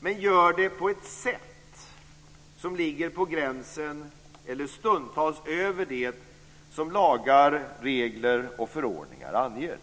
men gör det på ett sätt som ligger på gränsen eller stundtals över det som lagar, regler och förordningar anger.